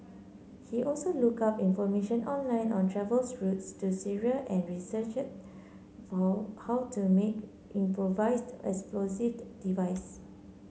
he also look up information online on travels routes to Syria and researched for how to make improvised explosive device